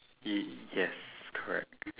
y~ yes correct